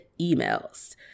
emails